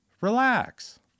Relax